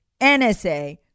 NSA